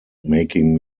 making